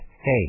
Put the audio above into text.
Hey